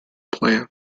playoff